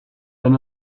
than